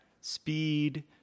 speed